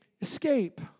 escape